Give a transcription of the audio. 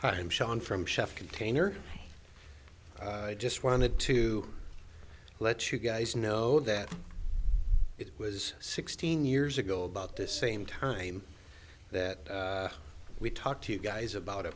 him sean from chef container i just wanted to let you guys know that it was sixteen years ago about the same time that we talked to you guys about a